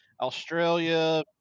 Australia